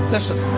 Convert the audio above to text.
Listen